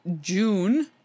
June